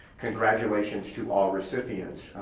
congratulations to all recipients,